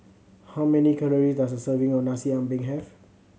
how many calories does a serving of Nasi Ambeng have